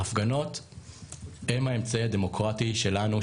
ההפגנות הם האמצעי הדמוקרטי שלנו,